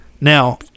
Now